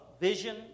vision